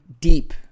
deep